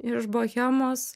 iš bohemos